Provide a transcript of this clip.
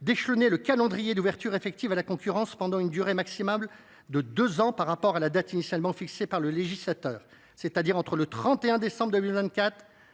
d’échelonner le calendrier d’ouverture effective à la concurrence pendant une durée maximale de deux ans par rapport à la date initialement fixée par le législateur, c’est à dire entre le 31 décembre 2024